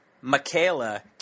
Michaela